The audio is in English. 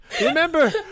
Remember